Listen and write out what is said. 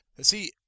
See